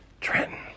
Trenton